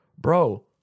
bro